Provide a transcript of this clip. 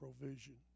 provision